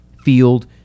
field